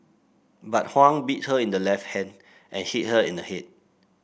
but Huang bit her in the left hand and hit her in the head